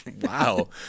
Wow